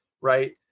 right